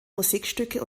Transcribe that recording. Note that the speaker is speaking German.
musikstücke